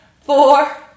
four